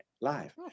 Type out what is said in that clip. live